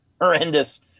horrendous